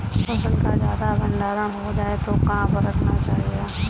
फसल का ज्यादा भंडारण हो जाए तो कहाँ पर रखना चाहिए?